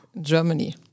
Germany